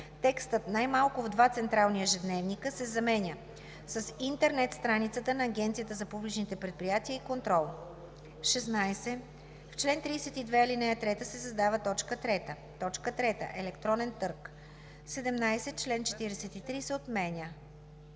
текстът „най-малко в два централни ежедневника“ се заменя с „на интернет страницата на Агенцията за публичните предприятия и контрол“. 16. В чл. 32, ал. 3 се създава т. 3: „3. електронен търг.“ 17. Член 43 се отменя.